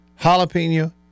jalapeno